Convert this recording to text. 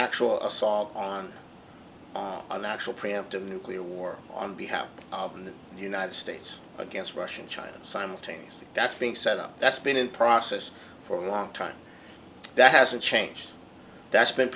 actual assault on a natural preemptive nuclear war on behalf of the united states against russia and china simultaneously that's being set up that's been in process for a long time that hasn't changed that's been